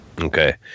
Okay